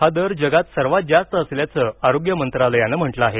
हा दर जगात सर्वांत जास्त असल्याचं आरोग्य मंत्रालयानं म्हटलं आहे